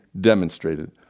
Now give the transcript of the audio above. demonstrated